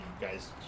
guys